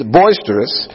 boisterous